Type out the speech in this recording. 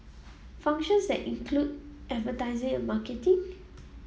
functions that include advertising and marketing